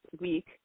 week